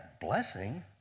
blessing